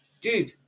Dude